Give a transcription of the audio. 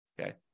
Okay